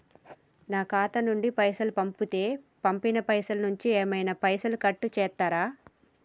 నా ఖాతా నుండి పైసలు పంపుతే పంపిన పైసల నుంచి ఏమైనా పైసలు కట్ చేత్తరా?